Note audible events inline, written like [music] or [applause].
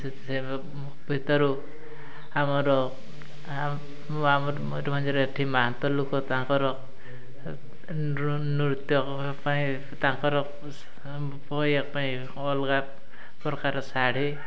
ସେ ଭିତରୁ ଆମର ଆମର ମୟୁରଭଞ୍ଜରେ ଏଠି ମହାନ୍ତ ଲୋକ ତାଙ୍କର ନୃତ୍ୟ ପାଇଁ ତାଙ୍କର [unintelligible] ଅଲଗା ପ୍ରକାର ଶାଢ଼ୀ